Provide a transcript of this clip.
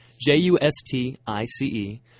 J-U-S-T-I-C-E